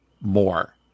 more